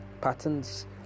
patterns